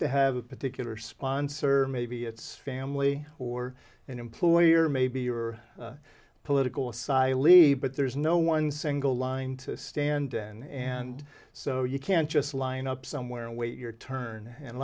to have a particular sponsor or maybe it's family or an employer or maybe your political asylum but there's no one single line to stand in and so you can't just line up somewhere and wait your turn and a